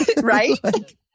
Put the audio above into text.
Right